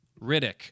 Riddick